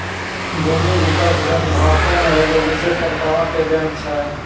भूमि विकास बैंक भारतो मे एगो विशेष प्रकारो के बैंक छै